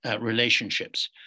relationships